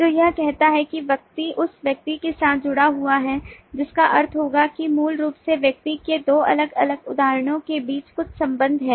तो यह कहता है कि व्यक्ति उस व्यक्ति के साथ जुड़ा हुआ है जिसका अर्थ होगा कि मूल रूप से व्यक्ति के दो अलग अलग उदाहरणों के बीच कुछ संबंध है